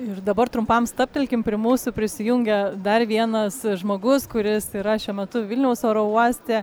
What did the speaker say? ir dabar trumpam stabtelkim prie mūsų prisijungia dar vienas žmogus kuris yra šiuo metu vilniaus oro uoste